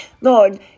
Lord